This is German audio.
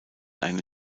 eine